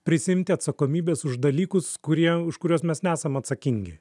prisiimti atsakomybės už dalykus kurie už kuriuos mes nesam atsakingi